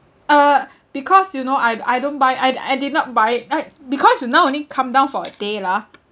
uh because you know I I don't buy I'd I did not buy it like because you now only come down for a day lah